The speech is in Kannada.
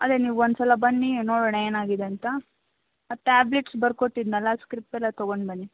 ಅದೇ ನೀವು ಒಂದುಸಲ ಬನ್ನಿ ನೋಡೋಣ ಏನಾಗಿದೆ ಅಂತ ಆ ಟ್ಯಾಬ್ಲೆಟ್ಸ್ ಬರ್ದ್ಕೊಟ್ಟಿದ್ನಲ್ಲಾ ಆ ಸ್ಕ್ರಿಪ್ ಎಲ್ಲ ತಗೊಂಡು ಬನ್ನಿ